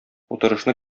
утырышны